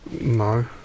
No